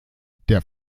der